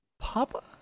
Papa